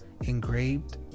engraved